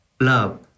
love